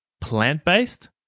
plant-based